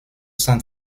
sans